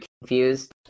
confused